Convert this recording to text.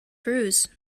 bruise